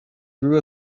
grew